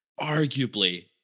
arguably